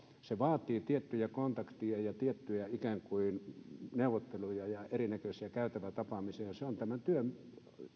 se vaatii tiettyjä kontakteja ja tiettyjä ikään kuin neuvotteluja ja erinäköisiä käytävätapaamisia ja se on tämän työn